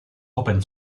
open